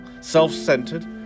self-centered